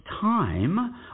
time